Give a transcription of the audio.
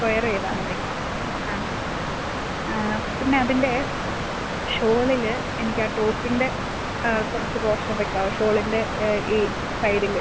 square ചെയ്താൽ മതി ആ പിന്നെ അതിന്റെ ഷോളില് എനിക്ക് ആ ടോപ്പിന്റെ കുറച്ച് പോർഷൻ വെക്കാവോ ഷോളിന്റെ ഈ സൈഡിൽ